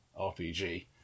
RPG